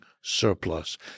surplus